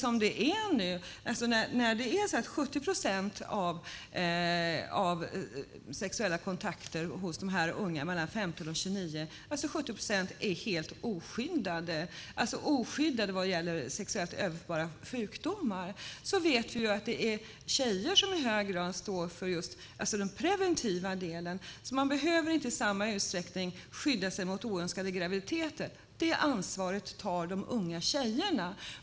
Som det är nu är 70 procent av de sexuella kontakterna hos unga mellan 15 och 29 år helt oskyddade vad gäller sexuellt överförbara sjukdomar. Vi vet att det är tjejer som i hög grad står för den preventiva delen. Killarna behöver inte i samma utsträckning skydda sig mot oönskade graviditeter, för det ansvaret tar de unga tjejerna.